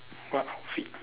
what outfit